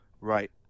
Right